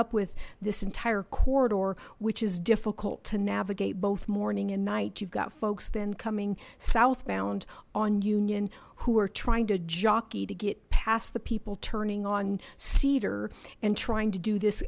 up with this entire corridor which is difficult to navigate both morning and night you've got folks then coming southbound on union who are trying to jockey to get past the people turning on cedar and trying to do this